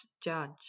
judge